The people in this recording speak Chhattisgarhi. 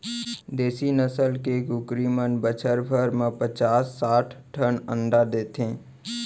देसी नसल के कुकरी मन बछर भर म पचास साठ ठन अंडा देथे